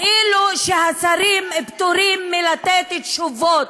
וכאילו שהשרים פטורים מלתת תשובות,